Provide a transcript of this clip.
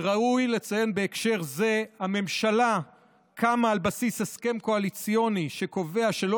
וראוי לציין בהקשר זה: הממשלה קמה על בסיס הסכם קואליציוני שקובע שלא